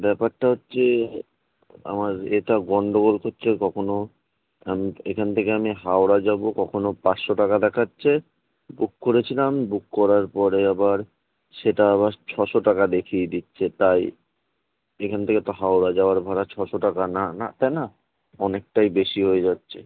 ব্যাপারটা হচ্ছে আমার এটা গন্ডগোল করছে কখনও আমি এখান থেকে আমি হাওড়া যাব কখনও পাঁচশো টাকা দেখাচ্ছে বুক করেছিলাম বুক করার পরে আবার সেটা আবার ছশো টাকা দেখিয়ে দিচ্ছে তাই এখান থেকে তো হাওড়া যাওয়ার ভাড়া ছশো টাকা না না তাই না অনেকটাই বেশি হয়ে যাচ্ছে